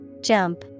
Jump